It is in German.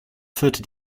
führte